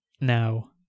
Now